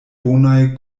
bonaj